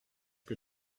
que